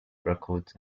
records